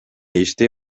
иштей